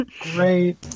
Great